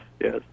yes